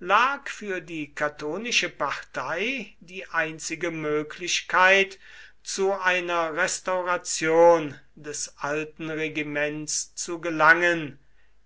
lag für die catonische partei die einzige möglichkeit zu einer restauration des alten regiments zu gelangen